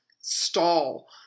stall